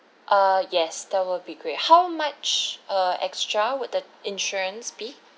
err yes that will be great how much err extra would the insurance be